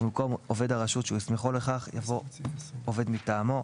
ובמקום "עובד הרשות שהוא הסמיכו לכך" יבוא "עובד מטעמו".